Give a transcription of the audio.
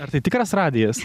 ar tai tikras radijas